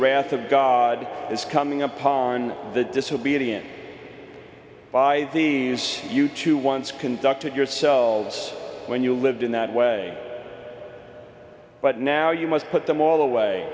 wrath of god is coming upon the disobedient by the you to once conducted yourselves when you lived in that way but now you must put them all away